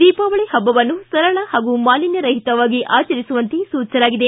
ದೀಪಾವಳಿ ಹಬ್ಬವನ್ನು ಸರಳ ಹಾಗೂ ಮಾಲಿನ್ಯ ರಹಿತವಾಗಿ ಆಚರಿಸುವಂತೆ ಸೂಚಿಸಲಾಗಿದೆ